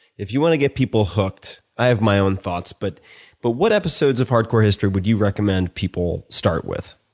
if you want to get people hooked, i have my own thoughts but but what episodes of hardcore history would you recommend people start with?